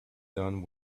done